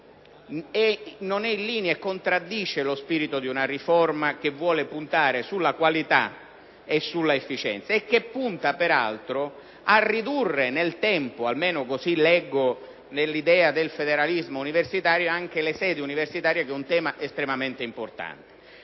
non sia in linea e contraddica lo spirito di una riforma che vuole puntare sulla qualità e sull'efficienza e che punta peraltro a ridurre nel tempo - almeno così leggo nell'idea del federalismo universitario - anche le sedi universitarie, un tema questo estremamente importante.